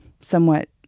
somewhat